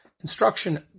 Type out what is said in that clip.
instruction